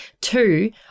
Two